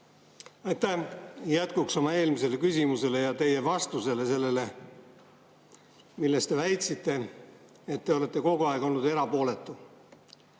Aitäh! Jätkuks oma eelmisele küsimusele ja teie sellele vastusele, milles te väitsite, et te olete kogu aeg olnud erapooletu.